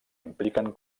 impliquen